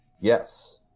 Yes